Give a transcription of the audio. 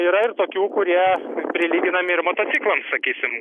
yra ir tokių kurie prilyginami ir motociklams sakysim